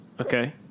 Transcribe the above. Okay